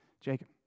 Jacob